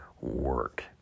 work